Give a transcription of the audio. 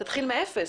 תתחיל מאפס.